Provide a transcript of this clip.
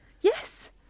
Yes